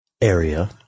area